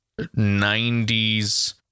90s